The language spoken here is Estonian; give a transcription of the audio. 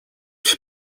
siis